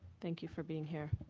thank you for being here.